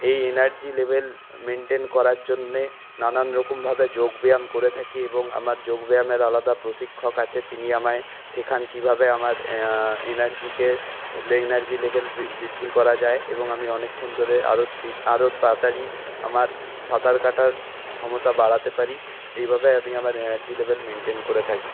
এই energy level maintain করার জন্যে নানানরকমভাবে যোগ ব্যায়াম করে থাকি এবং আমার যোগ ব্যায়ামের আলাদা প্রশিক্ষক আছে তিনি আমায় শেখান কীভাবে আমার এনার্জিকে এনার্জি লেভেল বৃদ্ধি করা যায় এবং আমি অনেকক্ষণ ধরে আরও স্পিড আরও তাড়াতাড়ি আমার সাঁতার কাটার ক্ষমতা বাড়াতে পারি এভাবে আমি আমার এনার্জি লেভেল মেন্টেন করে থাকি